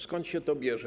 Skąd się to bierze?